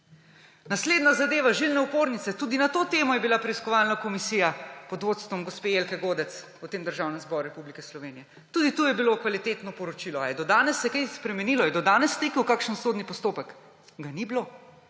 Naslednja zadeva so žilne opornice. Tudi na to temo je bila preiskovalna komisija pod vodstvom gospe Jelke Godec v Državnem zboru Republike Slovenije. Tudi tukaj je bilo kvalitetno poročilo. Ali se je do danes kaj spremenilo? Je do danes stekel kakšen sodni postopek? Ga ni bilo.